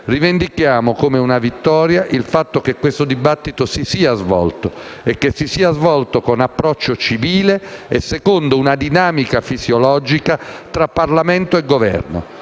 Rivendichiamo come una vittoria il fatto che questo dibattito si sia svolto, e che si sia svolto con approccio civile e secondo una dinamica fisiologica tra Parlamento e Governo,